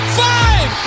five